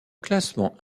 classement